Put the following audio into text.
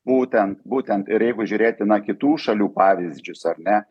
būtent būtent ir jeigu žiūrėti na kitų šalių pavyzdžius ar ne